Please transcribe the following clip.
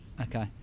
Okay